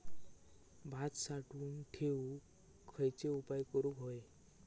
भात साठवून ठेवूक खयचे उपाय करूक व्हये?